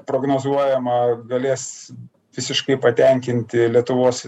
prognozuojama galės visiškai patenkinti lietuvos